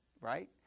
Right